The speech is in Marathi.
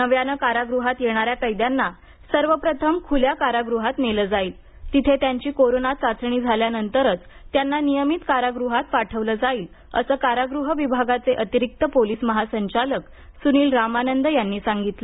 नव्यानं कारागृहात येणाऱ्या कैद्यांना सर्वप्रथम खुल्या कारागृहात नेलं जाईल तिथे त्यांची कोरोना चाचणी झाल्यानंतरच त्यांना नियमित कारागृहात पाठवलं जाईल असं कारागृह विभागाचे अतिरिक्त पोलीस महासंचालक सुनील रामानंद यांनी सांगितलं